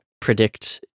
predict